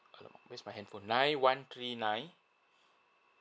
!alamak! where's my handphone nine one three nine